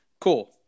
Cool